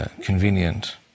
convenient